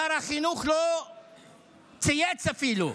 שר החינוך לא צייץ אפילו.